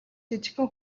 жижигхэн